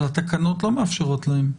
אבל התקנות לא מאפשרות להם.